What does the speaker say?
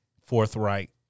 forthright